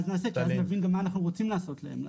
נעשה ונבין גם מה אנחנו רוצים לעשות להם,